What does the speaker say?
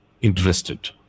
interested